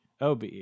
OBE